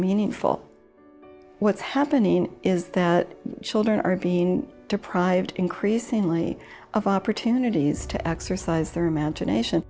meaningful what's happening is that children are being deprived increasingly of opportunities to exercise their imagination